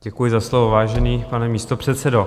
Děkuji za slovo, vážený pane místopředsedo.